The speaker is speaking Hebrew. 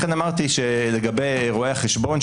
לכן אמרתי לגבי רואי החשבון,